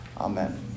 Amen